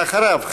ואחריו,